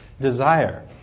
desire